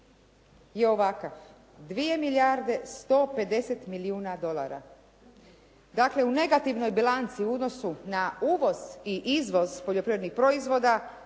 je ovakav 2 milijarde 150 milijuna dolara. Dakle, u negativnoj bilanci u odnosu na uvoz i izvoz poljoprivrednih proizvoda,